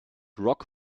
rock